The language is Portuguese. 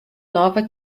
nova